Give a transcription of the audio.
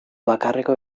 bakarreko